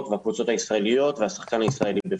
והקבוצות הישראליות והשחקן הישראלי בפרט,